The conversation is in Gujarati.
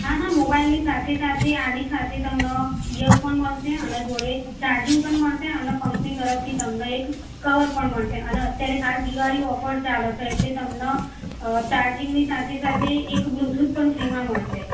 હા હા મોબાઇલની સાથે સાથે આની સાથે તમને ઈયરફોન મળશે અને જોડે ચાર્જિંગ પણ મળશે અને કમ્પની તરફથી તમને એક કવર પણ મળશે અને અત્યારે હાલ દિવાળી ઓફર ચાલે છે એટલે તમને અ ચાર્જિંગની સાથે સાથે એક બ્લુટૂથ પણ ફ્રીમાં મળશે